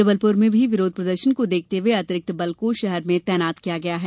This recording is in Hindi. जबलपुर में भी विरोध प्रदर्शन को देखते हुए अतिरिक्त बल को शहर में तैनात किया गया है